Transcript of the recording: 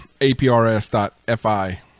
APRS.FI